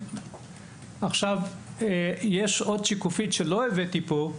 יש עוד שקופית שלא נמצאת פה,